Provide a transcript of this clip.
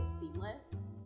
seamless